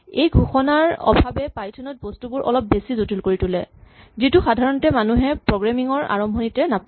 এই ঘোষণাৰ অভাৱে পাইথন ত বস্তুবোৰ অলপ বেছি জটিল কৰি তোলে যিটো সাধাৰণতে মানুহে প্ৰগ্ৰেমিং ৰ আৰম্ভণিতে নাপায়